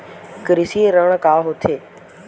कृषि ऋण का होथे?